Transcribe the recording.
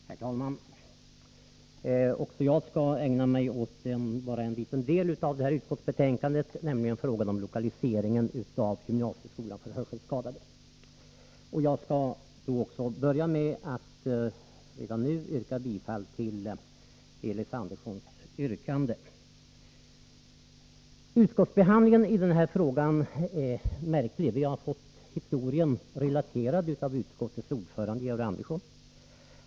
Herr talman! Också jag skall ägna mig åt bara en liten del av detta betänkande, nämligen frågan om lokaliseringen av gymnasieskolan för hörselskadade. Jag skall börja med att redan nu yrka bifall till Elis Anderssons yrkande. Utskottsbehandlingen av den här frågan är märklig. Vi har fått historien relaterad av utskottets ordförande Georg Andersson.